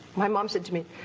my mom said to me,